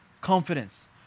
confidence